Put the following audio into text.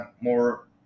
more